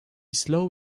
slow